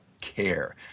care